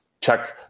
check